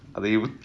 அதை:adha